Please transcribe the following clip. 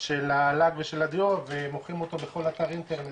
של הלק ושל הדיו ומוכרים אותו בכל אתר אינטרנט,